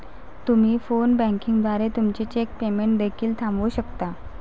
तुम्ही phone banking द्वारे तुमचे चेक पेमेंट देखील थांबवू शकता